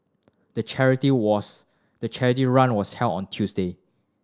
the charity was the charity run was held on a Tuesday